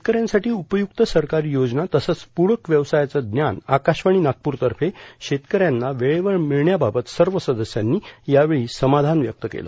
शेतकऱ्यांसाठी उपयुक्त सरकारी योजना तसंच पुरक व्यवसायाचं ज्ञान आकाशवाणी नागपूर तर्फे शेतकऱ्यांना वेळेवर मिळण्याबाबत सर्व सदस्यांनी यावेळी समाधान व्यक्त केलं